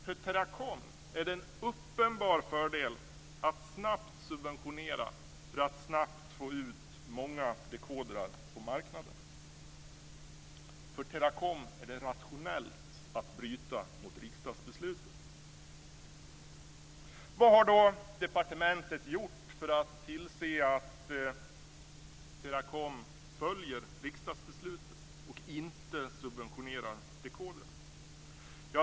För Teracom är det en uppenbar fördel att snabbt subventionera för att snabbt få ut många dekodrar på marknaden. För Teracom är det rationellt att bryta mot riksdagsbeslutet. Teracom följer riksdagsbeslutet och inte subventionerar dekodrarna?